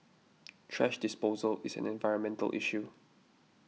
thrash disposal is an environmental issue